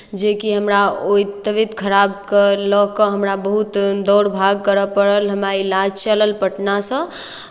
जेकि हमरा ओहि तबियत खराबकेँ लऽ कऽ हमरा बहुत दौड़ भाग करय पड़ल हमरा इलाज चलल पटनासँ